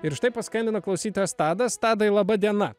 ir štai paskambino klausytojas tadas tadai laba diena